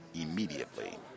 immediately